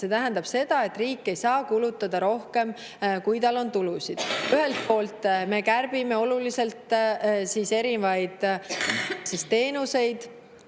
See tähendab seda, et riik ei saa kulutada rohkem, kui tal on tulusid. Ühelt poolt me kärbime oluliselt erinevaid teenuseid,